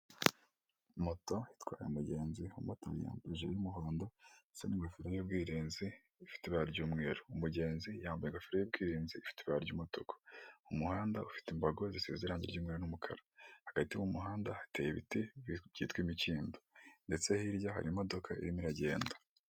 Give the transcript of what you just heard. Moto itwaye umugenzi, umumotari yambaye ijire y'umuhondo ndetse n'ingofero y'ubwirinzi ifite ibara ry'umweru, umugenzi yambaye ingofero y'ubwirinzi ifite ibara ry'umutuku, umuhanda ufite imbago zisize irange ry'umweru n'umukara, hagati mu muhanda hateye ibiti byitwa imikindo ndetse hirya hari imodoka irimo iragenda.